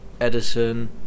Edison